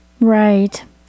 Right